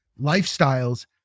lifestyles